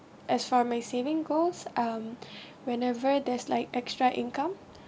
as for my saving goals um whenever there's like extra income